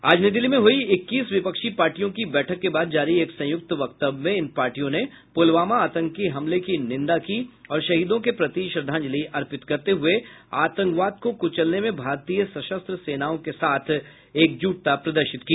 आज नई दिल्ली में हुई इक्कीस विपक्षी पार्टियों की बैठक के बाद जारी एक संयुक्त वक्तव्य में इन पार्टियों ने पुलवामा आतंकी हमले की निंदा की और शहीदों के प्रति श्रद्धांजलि अर्पित करते हुए आतंकवाद को कूचलने में भारतीय सशस्त्र सेनाओं के साथ एकजुटता प्रदर्शित की